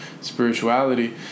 spirituality